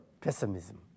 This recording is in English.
pessimism